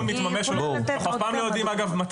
אגב,